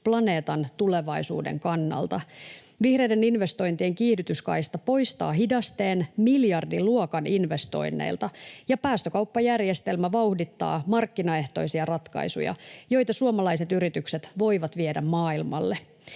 planeetan tulevaisuuden kannalta. Vihreiden investointien kiihdytyskaista poistaa hidasteen miljardiluokan investoinneilta ja päästökauppajärjestelmä vauhdittaa markkinaehtoisia ratkaisuja, joita suomalaiset yritykset voivat viedä maailmalle.